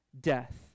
death